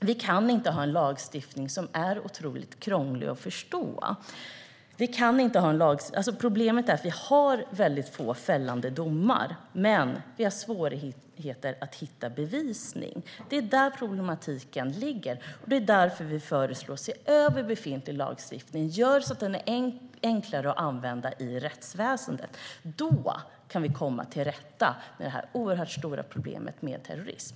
Vi kan inte ha en lagstiftning som är otroligt krånglig att förstå. Problemet är att vi har väldigt få fällande domar och svårigheter att hitta bevisning. Det är där problematiken ligger, och det är därför vi föreslår att se över befintlig lagstiftning och göra den enklare att använda i rättsväsendet. Då kan vi komma till rätta med det oerhört stora problemet med terrorism.